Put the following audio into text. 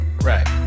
right